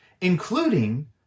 including